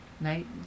Night